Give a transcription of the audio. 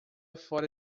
fora